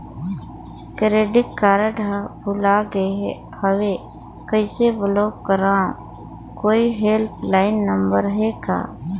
Credit card भुला गे हववं कइसे ब्लाक करव? कोई हेल्पलाइन नंबर हे का?